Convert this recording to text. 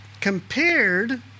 compared